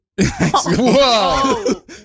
Whoa